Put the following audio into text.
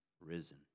risen